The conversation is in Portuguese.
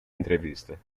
entrevista